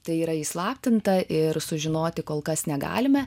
tai yra įslaptinta ir sužinoti kol kas negalime